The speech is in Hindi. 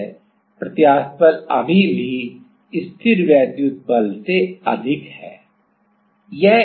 अतः प्रत्यास्थ बल अभी भी स्थिरवैद्युत बल से अधिक है